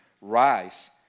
Rise